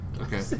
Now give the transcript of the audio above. Okay